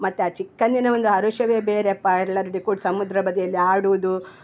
ಮತ್ತು ಆ ಚಿಕ್ಕಂದಿನ ಒಂದು ಹರುಷವೇ ಬೇರೆಯಪ್ಪ ಎಲ್ಲರೊಡೆ ಕೂಡಿ ಸಮುದ್ರ ಬದಿಯಲ್ಲಿ ಆಡೋದು